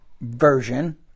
version